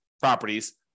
properties